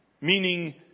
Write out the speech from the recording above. Meaning